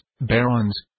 barons